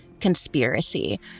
conspiracy